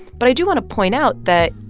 but i do want to point out that,